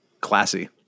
Classy